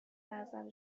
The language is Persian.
نظر